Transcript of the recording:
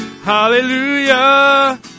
hallelujah